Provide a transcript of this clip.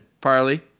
parley